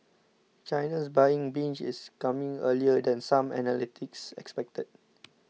China's buying binge is coming earlier than some analysts expected